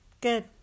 good